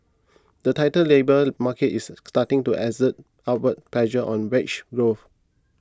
the tighter labour market is starting to exert upward pressure on wage growth